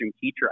teacher